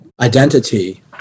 identity